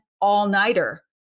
all-nighter